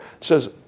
says